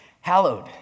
Hallowed